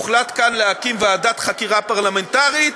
הוחלט כאן להקים ועדת חקירה פרלמנטרית,